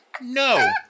no